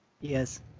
Yes